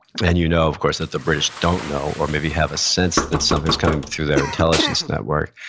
then you know, of course, that the british don't know or maybe have a sense that something's coming through their intelligence network,